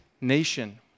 nation